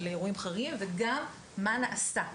על אירועים חריגים וגם מה נעשה,